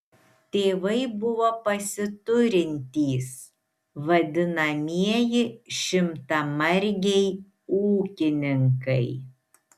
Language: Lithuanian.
tėvai buvo pasiturintys vadinamieji šimtamargiai ūkininkai